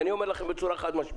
ואני אומר לכם בצורה חד-משמעית,